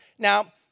Now